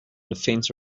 defense